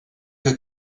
que